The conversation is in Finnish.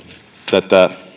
tätä